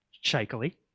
shakily